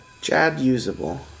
Jad-usable